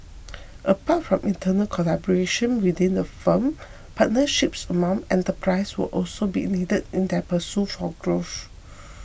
apart from internal collaboration within the firm partnerships among enterprises will also be needed in their pursuit for growth